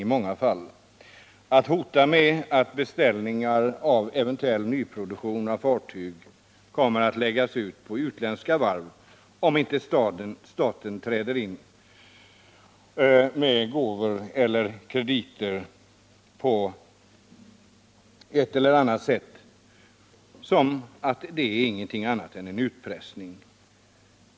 Att hota med att eventuella beställningar av nyproduktion av fartyg kommer att läggas ut på utländska varv, om staten inte träder in med gåvor, med krediter eller på annat sätt, är inget annat än utpressning.